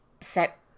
set